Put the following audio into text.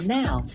now